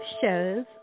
shows